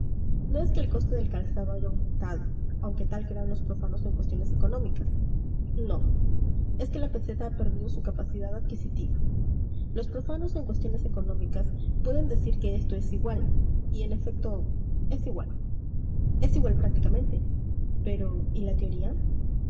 no es que el coste del calzado haya aumentado aunque tal crean los profanos en cuestiones económicas no es que la peseta ha perdido su capacidad adquisitiva los profanos en cuestiones económicas pueden decir que esto es igual y en efecto es igual es igual prácticamente pero y la teoría